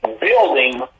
building